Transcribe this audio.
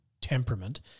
temperament